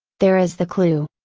there is the clue.